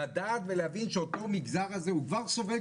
לדעת ולהבין שהמגזר הזה כבר סובל